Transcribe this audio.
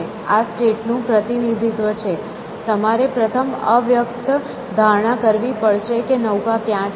આ સ્ટેટ નું પ્રતિનિધિત્વ છે તમારે પ્રથમ અવ્યક્ત ધારણા કરવી પડશે કે નૌકા ક્યાં છે